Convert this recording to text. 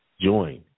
join